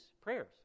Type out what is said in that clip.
prayers